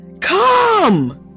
Come